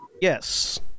Yes